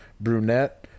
Brunette